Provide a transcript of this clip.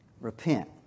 Repent